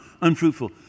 unfruitful